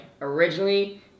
Originally